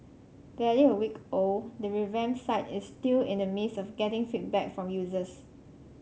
barely a week old the revamped site is still in the midst of getting feedback from users